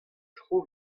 tro